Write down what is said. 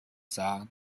sah